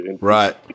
Right